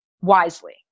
wisely